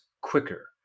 quicker